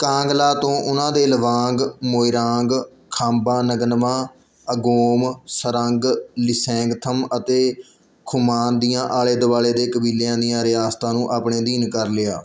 ਕਾਂਗਲਾ ਤੋਂ ਉਹਨਾਂ ਦੇ ਲਵਾਂਗ ਮੋਇਰਾਂਗ ਖਾਂਬਾ ਨਗਨਮਾ ਅਗੋਮ ਸਰੰਗ ਲੀਸ਼ੈਂਗਥਮ ਅਤੇ ਖੁਮਾਨ ਦੀਆਂ ਆਲੇ ਦੁਆਲੇ ਦੇ ਕਬੀਲਿਆਂ ਦੀਆਂ ਰਿਆਸਤਾਂ ਨੂੰ ਆਪਣੇ ਅਧੀਨ ਕਰ ਲਿਆ